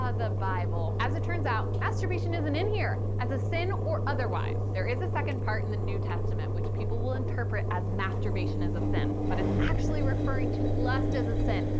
ah the bible. as it turns out masturbation isn't in here as a sin or otherwise! there is a second part in the new testament which people will interpret as masturbation is a sin but it's actually referring to lust as a sin,